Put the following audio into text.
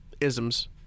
isms